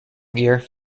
gear